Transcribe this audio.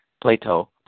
Plato